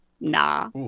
nah